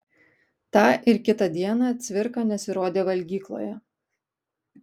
tą ir kitą dieną cvirka nesirodė valgykloje